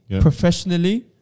professionally